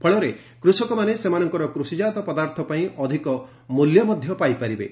ଫଳରେ କୃଷକମାନେ ସେମାନଙ୍କର କୃଷିକାତ ପଦାର୍ଥପାଇଁ ଅଧିକ ମୂଲ୍ୟ ପାଇପାରିବେ